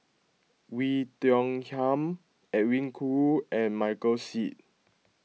Oei Tiong Ham Edwin Koo and Michael Seet